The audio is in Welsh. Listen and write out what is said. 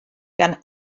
gan